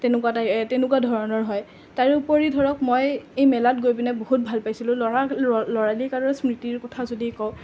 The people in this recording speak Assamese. তেনেকুৱা তেনেকুৱা ধৰণৰ হয় তাৰোপৰি ধৰক মই এই মেলাত গৈ পেনাই বহুত ভাল পাইছিলোঁ ল'ৰা ল'ৰালি কালৰ স্মৃতিৰ কথা যদি কওঁ